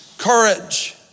courage